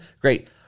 Great